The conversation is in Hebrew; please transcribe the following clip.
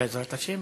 בעזרת השם.